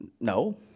No